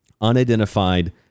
unidentified